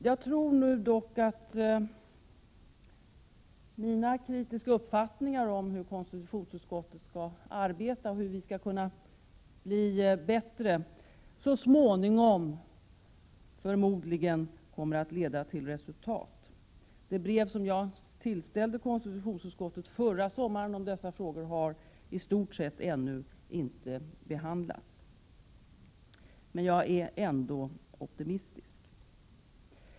Jag tror dock att min kritik av hur konstitutionsutskottet arbetar och uppfattningar om hur det skall kunna bli bättre förmodligen så småningom kommer att leda till resultat. De frågor jag tillställde konstitutionsutskottet i ett brev förra sommaren har i stort sett ännu inte behandlats. Jag är ändå optimistisk.